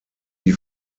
die